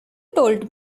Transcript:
told